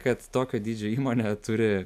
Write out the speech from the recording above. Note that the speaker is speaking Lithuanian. kad tokio dydžio įmonė turi